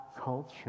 culture